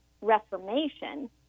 reformation